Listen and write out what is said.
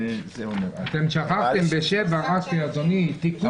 אתם שכחתם בעמוד 7, אדוני, תיקון.